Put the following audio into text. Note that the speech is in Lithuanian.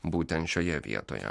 būtent šioje vietoje